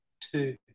two